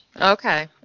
Okay